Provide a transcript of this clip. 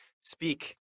speak